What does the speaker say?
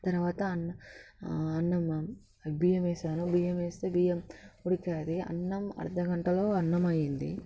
తర్వాత అన్నం బియ్యం వేసాను బియ్యం వేస్తే బియ్యం ఉడకాలి అన్నం అర్థగంటలో అన్నం అయింది